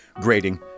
grading